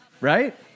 Right